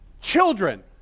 Children